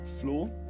floor